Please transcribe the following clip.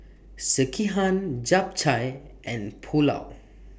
Sekihan Japchae and Pulao